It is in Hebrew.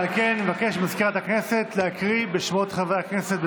על כן אבקש מסגנית מזכירת הכנסת לקרוא בשמות חברי הכנסת,